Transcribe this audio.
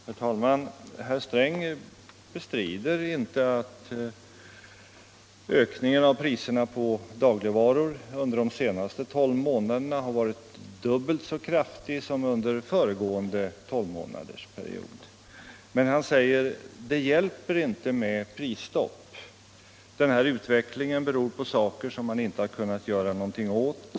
Herr talman! Herr Sträng bestridde inte att ökningen av priserna på dagligvaror under de senaste tolv månaderna har varit dubbelt så kraftig som under föregående tolvmånadersperiod. Men han säger att det inte hjälper med prisstopp — den här utvecklingen beror på saker som man inte har kunnat göra någonting åt.